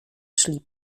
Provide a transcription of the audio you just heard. szli